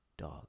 dog